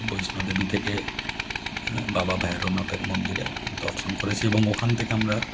বৈষ্ণোদেবী থেকে বাবা ভইরোনাথের মন্দিরে দর্শন করেছি এবং ওখান থেকে আমরা